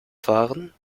fahren